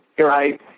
right